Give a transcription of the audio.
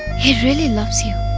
he really loves you.